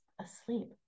asleep